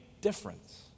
difference